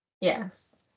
Yes